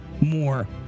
more